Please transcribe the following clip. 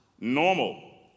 normal